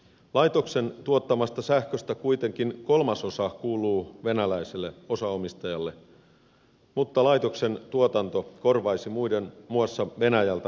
laitoksen tuottamasta sähköstä kuitenkin kolmasosa kuuluu venäläiselle osaomistajalle mutta laitoksen tuotanto korvaisi muiden muassa venäjältä ostettavaa sähköä